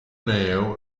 neo